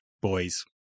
boys